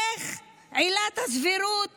איך עילת הסבירות